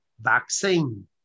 vaccine